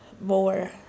more